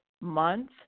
month